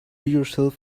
yourself